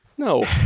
no